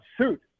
suit